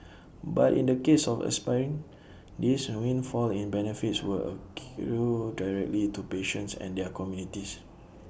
but in the case of aspirin this windfall in benefits will accrue directly to patients and their communities